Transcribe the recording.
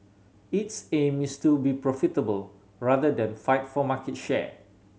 its aim is to be profitable rather than fight for market share